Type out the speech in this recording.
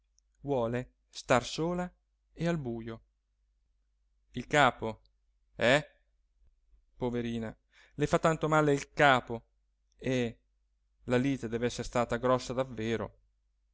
vuole star sola e al bujo il capo eh poverina le fa tanto male il capo eh la lite dev'essere stata grossa davvero